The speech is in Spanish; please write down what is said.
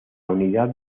unidad